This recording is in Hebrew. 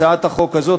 הצעת החוק הזאת,